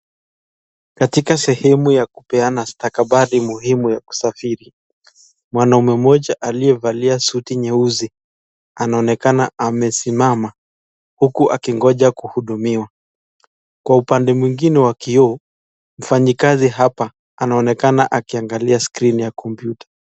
Katika sehemu ya kupeana stakabadhi muhimu ya kusafiri. Mwanaume mmoja aliyevalia suti nyeusi anaonekana amesimama huku akingoja kuhudumiwa, kwa upande mwingine wa kioo, mfanyakazi hapa anaonekana akiangalia skrini ya kompyuta.